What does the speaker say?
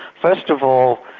first of all,